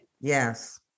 Yes